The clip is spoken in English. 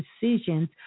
decisions